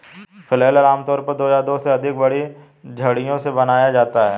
flail आमतौर पर दो या दो से अधिक बड़ी छड़ियों से बनाया जाता है